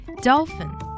Dolphin